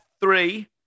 three